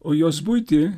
o jos buitį